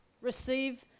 receive